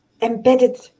embedded